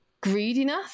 greediness